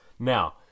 Now